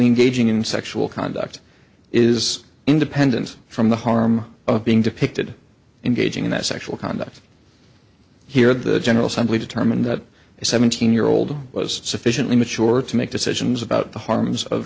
engaging in sexual conduct is independent from the harm of being depicted in gauging that sexual conduct here the general assembly determined that a seventeen year old was sufficiently mature to make decisions about the harms of